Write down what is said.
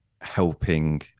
helping